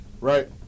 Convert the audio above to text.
Right